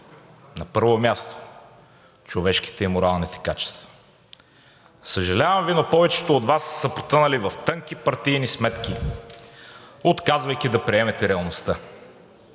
на първо място, човешките и моралните качества. Съжалявам Ви, но повечето от Вас са потънали в тънки партийни сметки, отказвайки да приемете реалността,